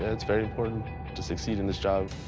ah it's very important to succeed in this job.